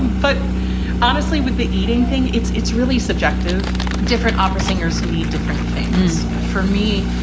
but honestly, with the eating thing, it's it's really subjective. different opera singers need different things. for me,